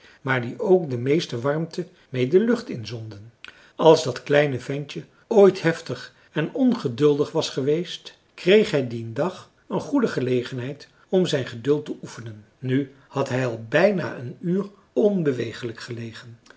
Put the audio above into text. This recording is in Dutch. maar die ook de meeste warmte meê de lucht in zonden als dat kleine ventje ooit heftig en ongeduldig was geweest kreeg hij dien dag een goede gelegenheid om zijn geduld te oefenen nu had hij al bijna een uur onbewegelijk gelegen